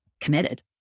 committed